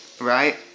right